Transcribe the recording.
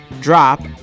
drop